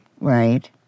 Right